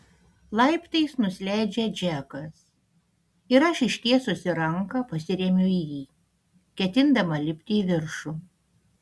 laiptais nusileidžia džekas ir aš ištiesusi ranką pasiremiu į jį ketindama lipti į viršų